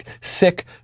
sick